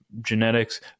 genetics